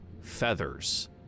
feathers